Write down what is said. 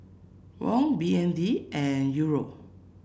Won B N D and Euro